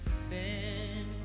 sin